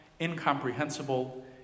incomprehensible